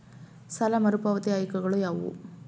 ಸಾಲ ಮರುಪಾವತಿ ಆಯ್ಕೆಗಳು ಯಾವುವು?